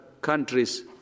countries